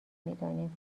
میدانیم